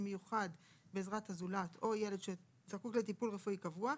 מיוחד בעזרת הזולת או ילד שזקוק לטיפול רפואי קבוע,